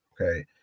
okay